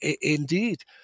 indeed